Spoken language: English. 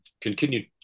continue